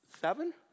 seven